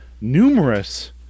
numerous